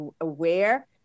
aware